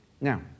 Now